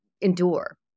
endure